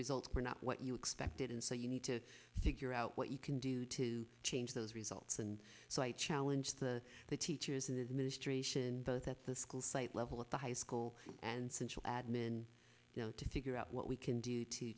results were not what you expected and so you need to figure out what you can do to change those results and so i challenge the teachers in the administration both at the school site level at the high school and central admin you know to figure out what we can do to